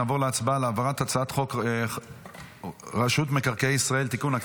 נעבור להצבעה על העברת הצעת חוק רשות מקרקעי ישראל (תיקון,